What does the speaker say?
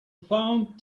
found